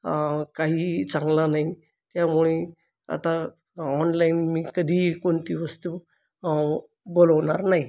काहीही चांगला नाही त्यामुळे आता ऑनलाइन मी कधीही कोणती वस्तु बोलवणार नाही